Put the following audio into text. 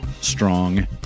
strong